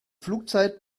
flugzeit